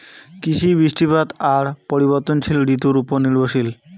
কৃষি, বৃষ্টিপাত আর পরিবর্তনশীল ঋতুর উপর নির্ভরশীল